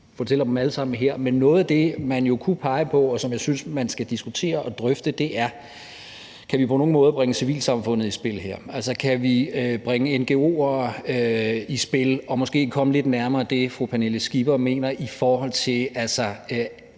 fortælle om dem alle sammen her. Men noget af det, som man jo kunne pege på, og som jeg synes man skal diskutere og drøfte, er, om vi på nogen måde her kan bringe civilsamfundet i spil. Altså, kan vi bringe ngo'er i spil og måske komme det, som fru Pernille Skipper mener, lidt